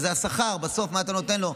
זה השכר, בסוף מה אתה נותן לו?